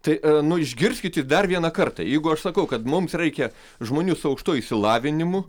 tai nu išgirskit dar vieną kartą jeigu aš sakau kad mums reikia žmonių su aukštuoju išsilavinimu